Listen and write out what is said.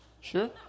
Sure